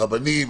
הרבנים,